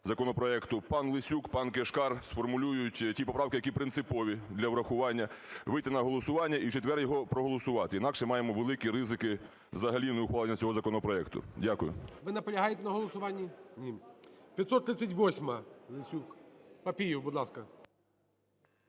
законопроекту. ПанЛесюк, пан Кишкар сформулюють ті поправки, які принципові для врахування, вийти на голосування і в четвер його проголосувати. Інакше маємо великі ризики взагалі неухвалення цього законопроекту. Дякую. ГОЛОВУЮЧИЙ. Ви наполягаєте на голосуванні? КРИВЕНКО В.М. Ні. ГОЛОВУЮЧИЙ.